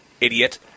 Idiot